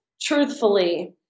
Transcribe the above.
truthfully